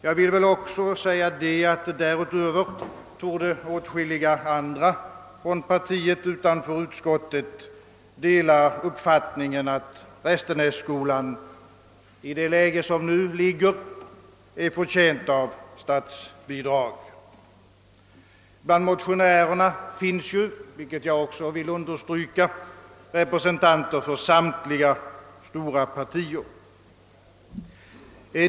Jag vill också säga, att därutöver torde åtskilliga andra från partiet utanför utskottet dela uppfattningen att Restenässkolan är förtjänt av statsbidrag. Bland motionärerna finns ju, vilket jag också vill understryka, representanter för samtliga stora partier.